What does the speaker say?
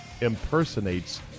impersonates